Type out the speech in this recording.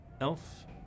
elf